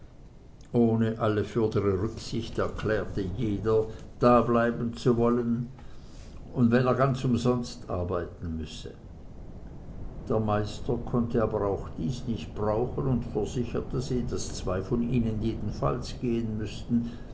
ohne alle fürdere rücksicht erklärte jeder dableiben zu wollen und wenn er ganz umsonst arbeiten müsse der meister konnte aber auch dies nicht brauchen und versicherte sie daß zwei von ihnen jedenfalls gehen müßten